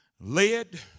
led